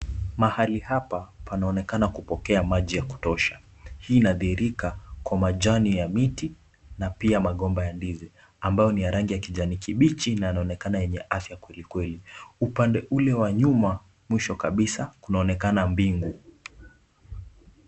Mahali hapa panaonekana kupokea maji ya kutosha. Hii inadhihirika kwa majani ya miti na pia magomba ya ndizi ambayo ni ya rangi ya kijani kibichi na yanaonekana yana afya kwelikweli. Upande ule wa nyuma mwisho kabisa, kunaonekana mbingu.